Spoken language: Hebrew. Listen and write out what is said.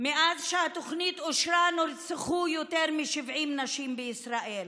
מאז שהתוכנית אושרה נרצחו יותר מ-70 נשים בישראל,